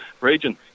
region